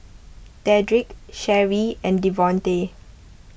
Dedrick Sharee and Devonte